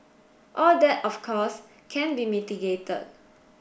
all that of course can be mitigated